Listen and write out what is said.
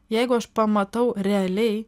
jeigu aš pamatau realiai